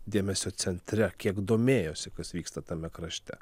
dėmesio centre kiek domėjosi kas vyksta tame krašte